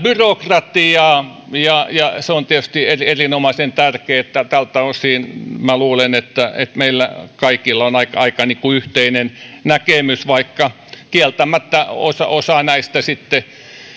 byrokratiaa ja ja se on tietysti erinomaisen tärkeätä tältä osin minä luulen että meillä kaikilla on aika yhteinen näkemys vaikka kieltämättä osa osa näistä sitten